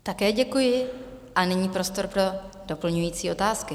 Také děkuji a nyní prostor pro doplňující otázky.